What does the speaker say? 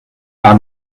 gar